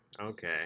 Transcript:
Okay